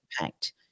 impact